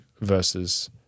versus